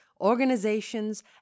organizations